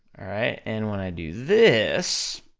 alright? and when i do this,